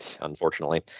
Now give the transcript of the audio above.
Unfortunately